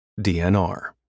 DNR